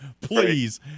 please